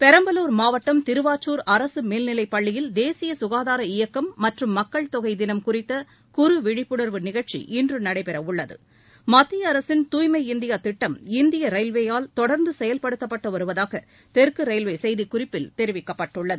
பெரம்பலூர் மாவட்டம் திருவாச்சூர் அரசு மேல் நிலைப்பள்ளியில் தேசிய சுகாதார இயக்கம் மற்றும் மக்கள் தொகை தினம் குறித்த குறு விழிப்புணர்வு நிகழ்ச்சி இன்று நடைபெற உள்ளது மத்திய அரசின் தூய்மை இந்தியா திட்டம் இந்திய ரயில்வேயால் தொடர்ந்து செயல்படுத்தப்பட்டு வருவதாக தெற்கு ரயில்வே செய்திக்குறிப்பில் தெரிவிக்கப்பட்டுள்ளது